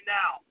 now